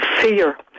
fear